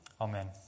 Amen